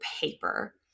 paper